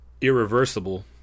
irreversible